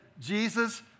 Jesus